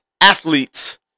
athletes